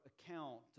account